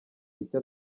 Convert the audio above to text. icyo